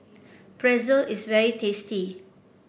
pretzel is very tasty